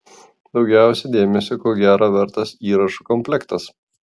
daugiausiai dėmesio ko gero vertas įrašų komplektas